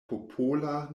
popola